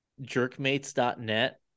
jerkmates.net